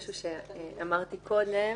שההצעה היא הצעה הגיונית ונכונה.